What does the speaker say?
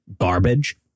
garbage